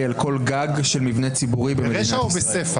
2 של קבוצת סיעת